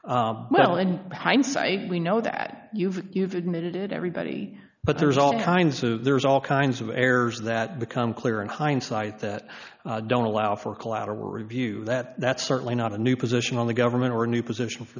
properly well in hindsight we know that you've you've admitted everybody but there's all kinds of there's all kinds of errors that become clear in hindsight that don't allow for collateral review that that's certainly not a new position on the government or a new position for